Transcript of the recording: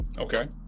okay